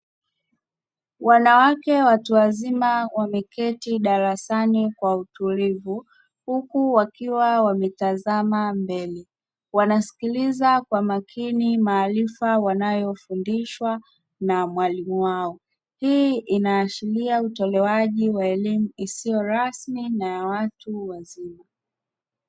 Wanawake watu wazima wameketi darasani kwa utulivu huku wakiwa wametazama mbele wanasikiliza kwa makini maarifa wanayofundishwa na mwalimu wao, hii inaashiria utolewaji wa elimu isiyo rasmi na ya watu wazima.